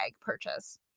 purchase